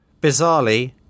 Bizarrely